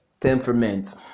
temperament